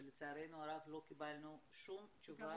לצערנו הרב לא קיבלנו שום תשובה.